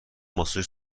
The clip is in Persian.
ماساژ